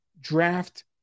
draft